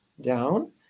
down